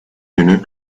günü